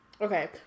okay